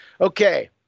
Okay